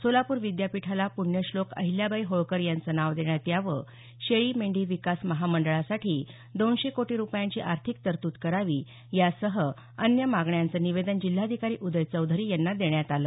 सोलापूर विद्यापीठाला प्ण्यश्लोक अहिल्याबाई होळकर यांचं नाव देण्यात यावं शेळी मेंढी विकास महामंडळासाठी दोनशे कोटी रुपयांची आर्थिक तरतूद करावी यासह अन्य मागण्याचं निवेदन जिल्हाधिकारी उदय चौधरी यांना देण्यात आलं